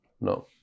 No